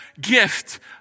gift